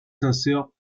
sincère